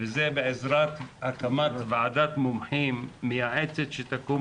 וזה בעזרת הקמת ועדת מומחים מייעצת שתקום